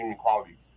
qualities